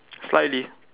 slightly